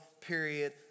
period